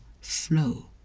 flow